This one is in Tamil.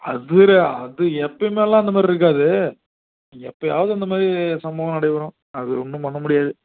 அது அது எப்பயுமேலாம் அந்த மாதிரி இருக்காது எப்போயாவது அந்த மாதிரி சம்பவம் நடைபெறும் அது ஒன்றும் பண்ண முடியாது